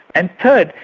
and third,